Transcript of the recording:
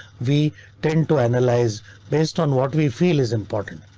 we tend to analyze based on what we feel is important.